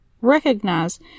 Recognize